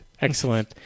Excellent